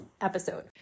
episode